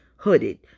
hooded